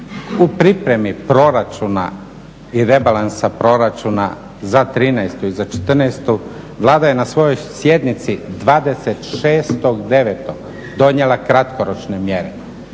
U pripremi proračuna i rebalansa proračuna za '13. i za '14. Vlada je na svojoj sjednici 26.9. donijela kratkoročne mjere.